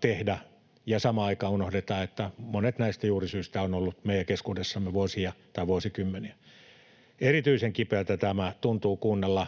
tehdä, ja samaan aikaan unohdetaan, että monet näistä juurisyistä ovat olleet meidän keskuudessamme vuosia tai vuosikymmeniä. Erityisen kipeätä tämä tuntuu kuunnella